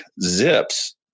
zips